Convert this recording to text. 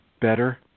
better